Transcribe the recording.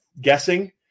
guessing